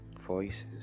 voices